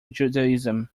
judaism